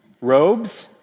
robes